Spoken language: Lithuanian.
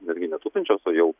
netgi netupinčios o jau